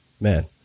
man